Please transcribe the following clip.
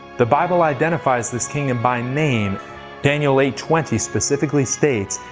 the bible identifies this kingdom by name daniel eight twenty specifically states.